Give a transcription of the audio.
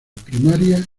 primaria